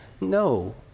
no